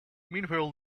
meanwhile